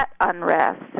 unrest